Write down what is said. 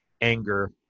anger